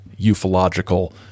ufological